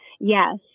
Yes